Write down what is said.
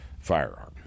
firearm